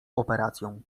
operacją